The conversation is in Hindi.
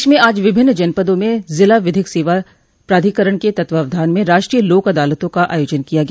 प्रदेश में आज विभिन्न जनपदों में जिला विधिक सेवा प्राधिकरण के तत्वावधान में राष्ट्रीय लोक अदालतों का आयोजन किया गया